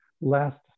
last